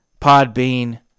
Podbean